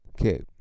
Okay